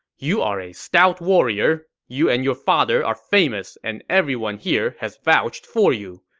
you are a stout warrior. you and your father are famous, and everyone here has vouched for you.